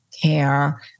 care